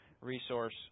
resource